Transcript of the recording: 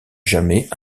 jamais